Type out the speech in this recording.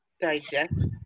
digest